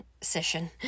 session